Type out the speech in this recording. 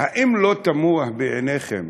האם לא תמוה בעיניכם